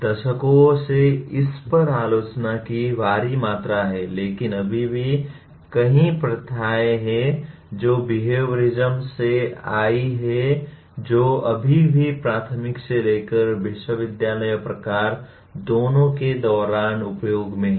दशकों से इस पर आलोचना की भारी मात्रा है लेकिन अभी भी कई प्रथाएं हैं जो बेहविओरिसम से आई हैं जो अभी भी प्राथमिक से लेकर विश्वविद्यालय प्रकार दोनों के दौरान उपयोग में हैं